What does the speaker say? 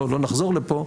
לא נחזור לפה,